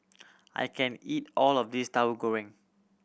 I can't eat all of this Tahu Goreng